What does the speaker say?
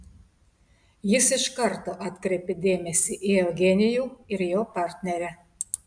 jis iš karto atkreipė dėmesį į eugenijų ir jo partnerę